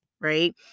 right